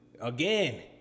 again